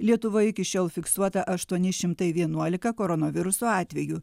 lietuvoj iki šiol fiksuota aštuoni šimtai vienuolika koronaviruso atvejų